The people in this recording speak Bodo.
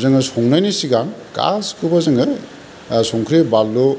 जोङो संनायनि सिगां गासैखौबो जोङो संख्रि बानलु